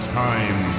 time